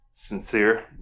sincere